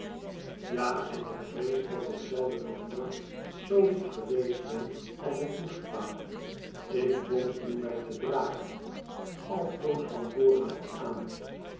ja en ik vrees dat ik zelden of nooit zoo lief geweest ben als ik moest pa ik dwong u mij te dragen altoos van voren af aan